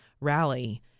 rally